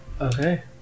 Okay